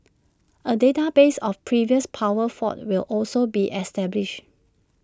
A database of previous power faults will also be established